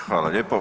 Hvala lijepo.